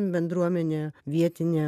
bendruomenė vietinė